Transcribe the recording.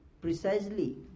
precisely